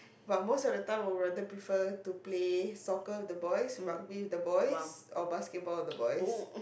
but most of time I would rather prefer to play soccer with the boys rugby with the boys or basketball with the boys